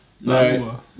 No